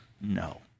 no